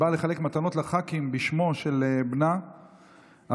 היא באה לחלק מתנות לח"כים בשמו של בנה הקדוש.